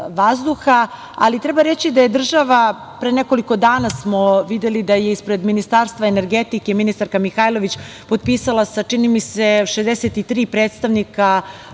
ali treba reći da je država, pre nekoliko dana smo videli da je ispred Ministarstva energetike ministarka Mihajlović potpisala sa, čini mi se, 63 predsednika